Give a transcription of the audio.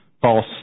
false